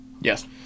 Yes